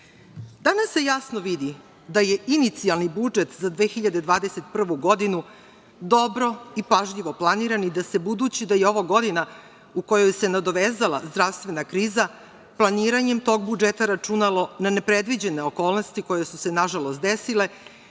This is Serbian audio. se jasno vidi da je inicijalni budžet za 2021. godinu dobro i pažljivo planiran i da se budući da je ovo godina u kojoj se nadovezala zdravstvena kriza, planiranjem tog budžeta računalo na nepredviđene okolnosti koje su se nažalost desile